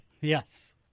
Yes